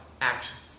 actions